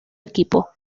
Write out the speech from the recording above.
equipo